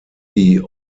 die